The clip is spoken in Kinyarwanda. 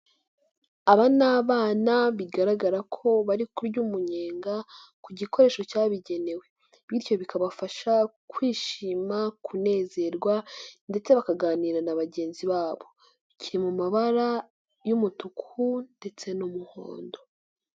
Aba ni abana bigaragara ko bari kurya umunyenga ku gikoresho cyabigenewe, bityo bikabafasha kwishima, kunezerwa ndetse bakaganira na bagenzi babo, kiri mu mabara y'umutuku ndetse n'umuhondo.